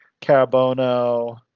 carabono